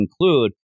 include